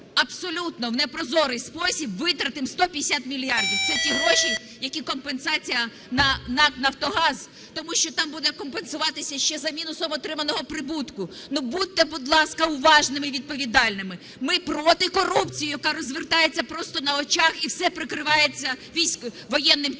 абсолютно в непрозорий спосіб витратимо 150 мільярдів. Це ті гроші, які компенсація на НАК "Нафтогаз", тому що там буде компенсуватися ще за мінусом отриманого прибутку. Ну, будьте, будь ласка, уважними і відповідальними. Ми проти корупції, яка розвертається просто на очках, і все прикривається воєнним часом.